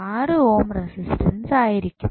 6 ohm resistance ആയിരിക്കും